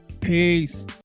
peace